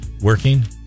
working